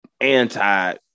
anti